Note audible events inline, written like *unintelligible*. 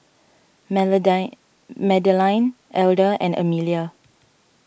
*unintelligible* Madeleine Elder and Emelia